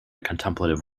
contemplative